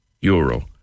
euro